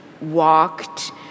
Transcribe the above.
walked